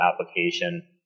application